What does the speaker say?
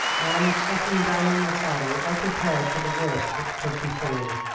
and, settling down in the saddle, i prepared for the worst which could befall.